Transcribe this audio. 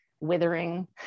withering